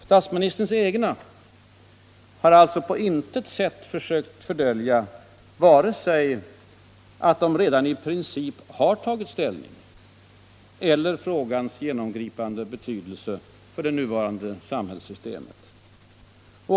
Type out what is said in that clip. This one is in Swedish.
Statsministerns egna har alltså på intet sätt försökt fördölja vare sig att de redan i princip har tagit ställning eller frågans genomgripande betydelse för det nuvarande samhällssystemet.